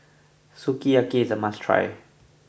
Sukiyaki is a must try